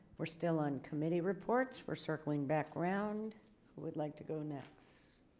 we're still on committee reports we're circling back around. who'd like to go next?